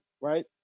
right